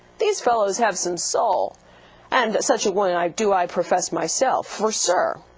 these fellows have some soul and that such a one i do i profess myself. for sir,